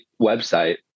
website